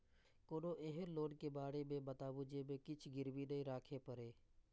कोनो एहन लोन के बारे मे बताबु जे मे किछ गीरबी नय राखे परे?